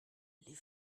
les